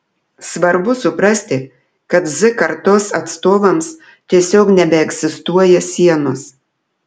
svarbu suprasti kad z kartos atstovams tiesiog nebeegzistuoja sienos